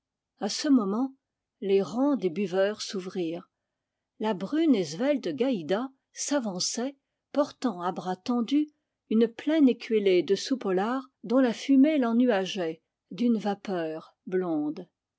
a ce moment les rangs des buveurs s'ouvrirent la brune et svelte gaïda s'avançait portant à bras tendus une pleine écuellée de soupe au lard dont la fumée l'ennuageait d'une vapeur blonde